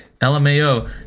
LMAO